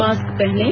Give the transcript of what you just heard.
mask पहनें